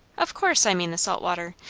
of course i mean the salt water.